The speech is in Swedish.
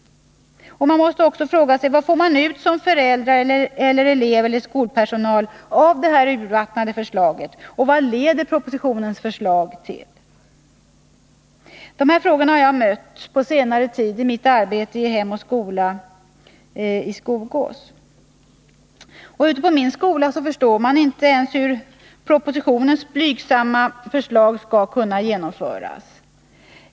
Man må också fråga sig: Vad får föräldrar, elever eller skolpersonal ut av detta urvattnade förslag? Vad leder propositionens förslag till? Dessa frågor har jag mött på senare tid i mitt arbete i Hem och skola i Skogås. På min skola förstår man inte hur ens propositionens blygsamma förslag skall kunna genomföras.